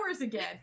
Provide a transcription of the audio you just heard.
again